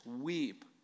weep